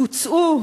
הוצאו,